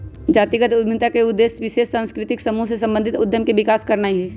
जातिगत उद्यमिता का उद्देश्य विशेष सांस्कृतिक समूह से संबंधित उद्यम के विकास करनाई हई